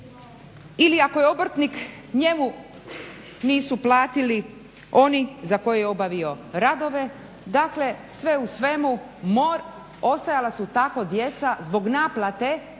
ili ako je obrtnik njemu nisu platili oni za koje je obavio radove. Dakle, sve u svemu ostajala su tako djeca zbog naplate dugova